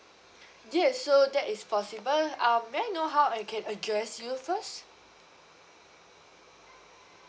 yes so that is possible um may I know how I can address you first